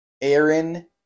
Aaron